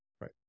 Right